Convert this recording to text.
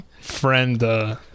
friend –